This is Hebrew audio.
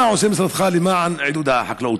מה עושה משרדך למען עידוד החקלאות?